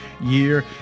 year